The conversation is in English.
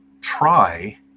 try